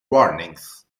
warnings